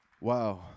Wow